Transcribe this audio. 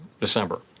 December